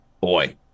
boy